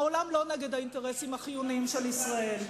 העולם הוא לא נגד האינטרסים החיוניים של ישראל,